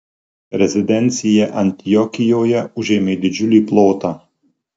rezidencija antiokijoje užėmė didžiulį plotą